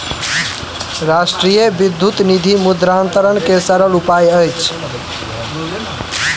राष्ट्रीय विद्युत निधि मुद्रान्तरण के सरल उपाय अछि